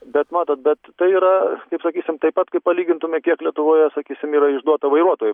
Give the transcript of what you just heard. bet matot bet tai yra taip sakysim taip pat kaip palygintume kiek lietuvoje sakysim yra išduota vairuotojo